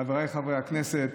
חבריי חברי הכנסת,